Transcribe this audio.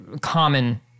common